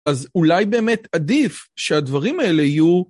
אז אולי באמת עדיף שהדברים האלה יהיו...